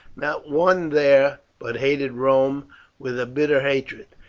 not one there but hated rome with a bitter hatred,